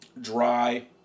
Dry